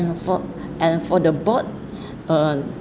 for and for the board uh